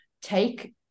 take